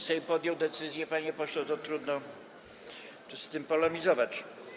Sejm podjął decyzję, panie pośle, trudno z tym polemizować.